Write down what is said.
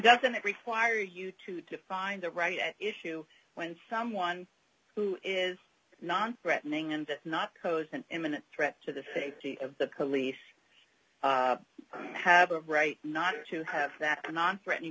doesn't it require you to to find the right issue when someone who is non threatening and not pose an imminent threat to the safety of the police have a right not to have that non threatening